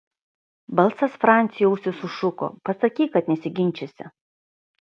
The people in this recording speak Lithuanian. balsas franciui į ausį sušuko pasakyk kad nesiginčysi